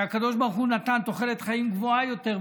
הקדוש ברוך הוא נתן תוחלת חיים גבוהה יותר,